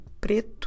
preto